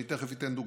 אני תכף אתן דוגמאות.